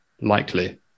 likely